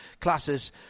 classes